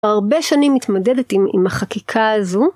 הרבה שנים מתמדדת עם החקיקה הזו.